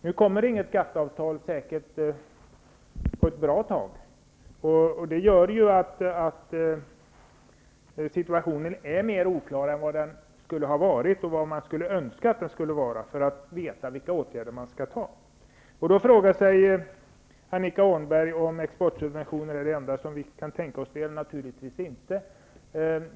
Nu kommer inget GATT-avtal på ett bra tag, och det gör att situationen är mer oklar än den skulle ha varit, och än man skulle ha önskat att den hade varit för att veta vilka åtgärder man skall vidta. Annika Åhnberg frågar om exportsubventioner är det enda som vi kan tänka oss. Det är det naturligtvis inte.